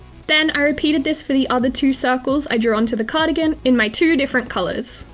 then i repeated this for the other two circles i drew onto the cardigan, in my two different colours!